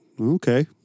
Okay